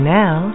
now